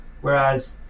whereas